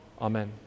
Amen